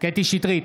קטי קטרין שטרית,